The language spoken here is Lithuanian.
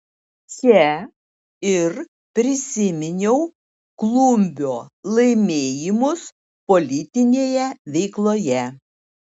čia ir prisiminiau klumbio laimėjimus politinėje veikloje